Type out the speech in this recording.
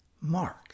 Mark